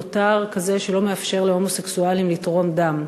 נותר כזה שלא מאפשר להומוסקסואלים לתרום דם.